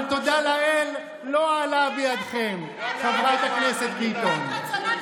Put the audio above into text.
אבל תודה לאל, לא עלה בידכם, חברת הכנסת ביטון.